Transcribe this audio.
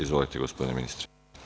Izvolite, gospodine ministre.